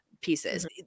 pieces